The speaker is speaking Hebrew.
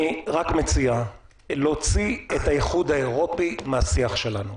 אני רק מציע להוציא את האיחוד האירופי מהשיח שלנו.